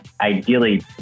ideally